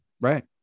right